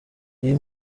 iyi